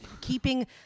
keeping